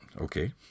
Okay